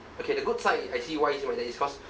okay the good side I see why I say my dad is cause